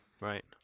Right